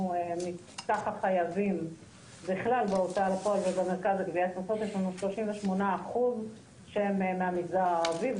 ומצאה בעיה מאוד קשה של תשלום חובות במגזר הערבי.